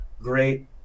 great